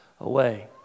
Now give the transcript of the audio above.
away